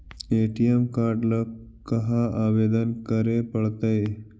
ATM card ल कहा आवेदन करे पड़तै?